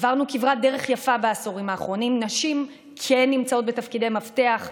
עברנו כברת דרך יפה בעשורים האחרונים: נשים נמצאות בתפקידי מפתח,